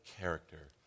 character